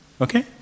Okay